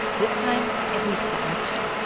this time, it leads to action.